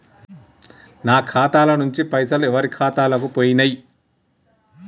నా ఖాతా ల నుంచి పైసలు ఎవరు ఖాతాలకు పోయినయ్?